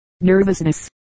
Nervousness